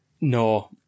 No